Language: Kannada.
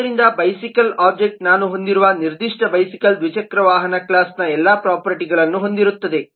ಆದ್ದರಿಂದ ಬೈಸಿಕಲ್ ಒಬ್ಜೆಕ್ಟ್ ನಾನು ಹೊಂದಿರುವ ನಿರ್ದಿಷ್ಟ ಬೈಸಿಕಲ್ ದ್ವಿಚಕ್ರ ವಾಹನ ಕ್ಲಾಸ್ನ ಎಲ್ಲಾ ಪ್ರೊಪರ್ಟಿಗಳನ್ನು ಹೊಂದಿರುತ್ತದೆ